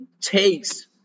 takes